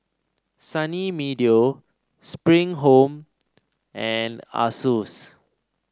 Sunny Meadow Spring Home and Asus